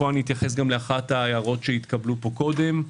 כאן אתייחס גם לאחת ההערות שנשמעו קודם.